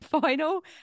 final